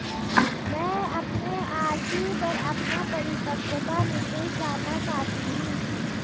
मैं अपने आर.डी पर अपना परिपक्वता निर्देश जानना चाहती हूँ